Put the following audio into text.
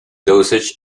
dosage